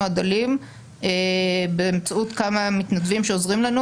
הדלים באמצעות כמה מתנדבים שעוזרים לנו.